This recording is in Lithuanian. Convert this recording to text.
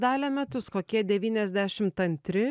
dalia metus kokie devyniasdešimt antri